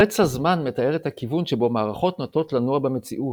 חץ הזמן מתאר את הכיוון שבו מערכות נוטות לנוע במציאות,